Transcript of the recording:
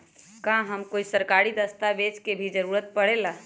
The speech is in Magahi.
का हमे कोई सरकारी दस्तावेज के भी जरूरत परे ला?